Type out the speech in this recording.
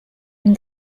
hem